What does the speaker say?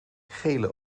gele